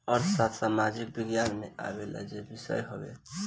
अर्थशास्त्र सामाजिक विज्ञान में आवेवाला विषय हवे